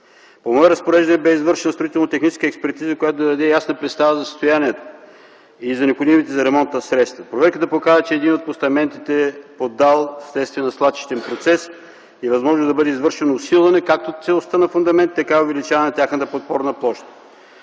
По мое разпореждане бе извършена строително-техническа експертиза, която да даде ясна представа за състоянието и за необходимите за ремонта средства. Проверката показва, че един от постаментите е поддал вследствие на свлачищен процес и е възможно да бъде извършено както усилване на целостта на фундамента, така и увеличаване на тяхната подпорна площ.